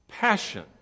Passion